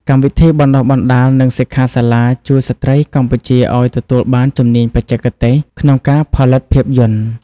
កម្មវិធីបណ្តុះបណ្តាល និងសិក្ខាសាលាជួយស្ត្រីកម្ពុជាឱ្យទទួលបានជំនាញបច្ចេកទេសក្នុងការផលិតភាពយន្ត។